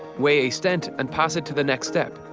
weigh a stent and pass it to the next step.